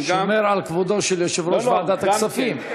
אני שומר על כבודו של יושב-ראש ועדת הכספים.